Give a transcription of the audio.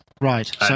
Right